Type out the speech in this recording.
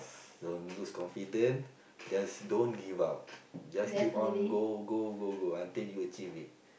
don't lose confident just don't give up just keep on go go go go until you achieve it